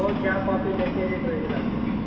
हो चार कॉपी त्याचे रेट वेगळे लागते